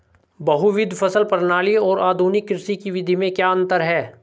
बहुविध फसल प्रणाली और आधुनिक कृषि की विधि में क्या अंतर है?